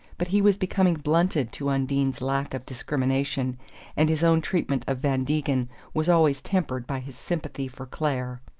but he was becoming blunted to undine's lack of discrimination and his own treatment of van degen was always tempered by his sympathy for clare.